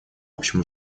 общим